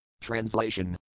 Translation